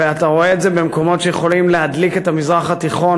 ואתה רואה את זה במקומות שיכולים להדליק את המזרח התיכון,